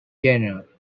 genre